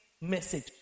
message